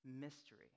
Mystery